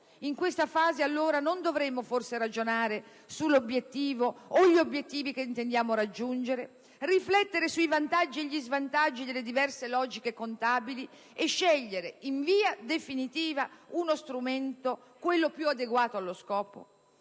In questa fase, allora, non dovremmo forse ragionare sull'obiettivo o sugli obiettivi che intendiamo raggiungere, riflettere sui vantaggi e gli svantaggi delle diverse logiche contabili e scegliere, in via definitiva, uno strumento, quello più adeguato allo scopo?